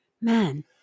man